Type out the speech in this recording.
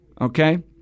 Okay